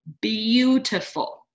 Beautiful